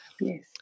Yes